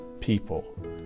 people